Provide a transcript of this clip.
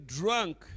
drunk